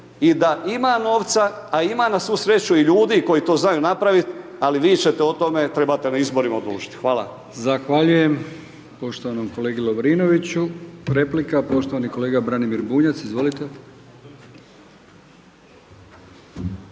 i da ima novca, a ima na svu sreću i ljudi koji to znaju napravit, ali vi ćete o tome, trebate na izborima odlučiti. Hvala. **Brkić, Milijan (HDZ)** Zahvaljujem poštovanom kolegi Lovrinoviću. Replika, poštovani kolega Branimir Bunjac, izvolite.